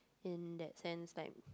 in that sense time